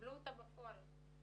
קיבלו אותה בפועל בתקופת הקורונה.